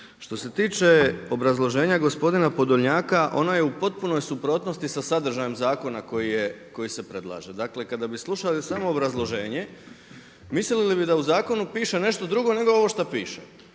Što se tiče obrazloženja gospodina Podolnjaka ono je u potpunoj suprotnosti sa sadržajem zakona koje se predlaže. Dakle kada bi slušali samo obrazloženje mislili bi da u zakonu piše nešto drugo nego ovo što piše.